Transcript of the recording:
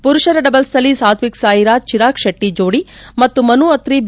ಪುರುಷರ ಡಬಲ್ಸ್ನಲ್ಲಿ ಸಾತ್ವಿಕ್ ಸಾಯಿರಾಜ್ ಚಿರಾಗ್ ಶೆಟ್ಷಿ ಜೋಡಿ ಮತ್ತು ಮನು ಅತ್ರಿ ಬಿ